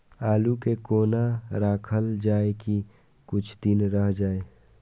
आलू के कोना राखल जाय की कुछ दिन रह जाय?